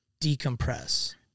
decompress